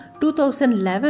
2011